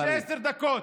יש לי עשר דקות,